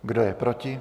Kdo je proti?